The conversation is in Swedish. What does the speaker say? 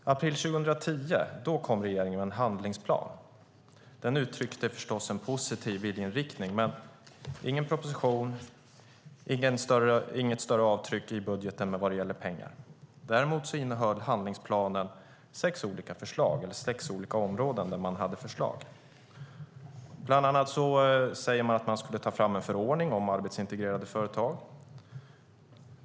I april 2010 kom regeringen med en handlingsplan. Den uttryckte förstås en positiv viljeinriktning, men det fanns ingen proposition och inget större avtryck i budgeten vad gäller pengar. Däremot innehöll handlingsplanen sex olika områden där man hade förslag. Bland annat sade man att man skulle ta fram en förordning för arbetsintegrerade företag.